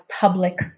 public